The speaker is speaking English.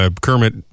Kermit